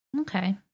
Okay